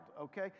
okay